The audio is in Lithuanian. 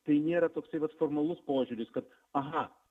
tai nėra toksai vat formalus požiūris kad aha